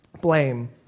blame